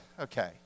okay